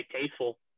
tasteful